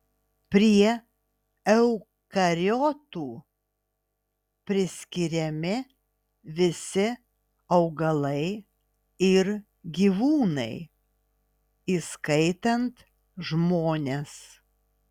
prie eukariotų priskiriami visi augalai ir gyvūnai įskaitant žmones